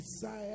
desire